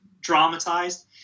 dramatized